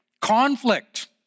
conflict